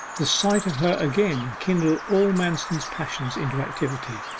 the sight of her again kindled all manston's passions into activity.